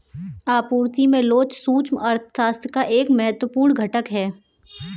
आपूर्ति में लोच सूक्ष्म अर्थशास्त्र का एक महत्वपूर्ण घटक है